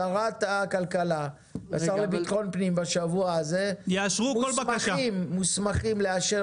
שרת הכלכלה והשר לביטחון פנים בשבוע הזה מוסמכים לאשר